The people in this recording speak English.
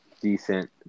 Decent